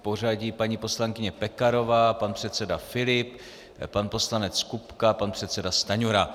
V pořadí paní poslankyně Pekarová, pan předseda Filip, pan poslanec Kupka, pan předseda Stanjura.